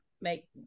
make